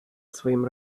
своїм